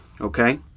Okay